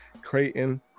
Creighton